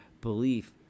belief